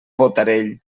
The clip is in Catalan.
botarell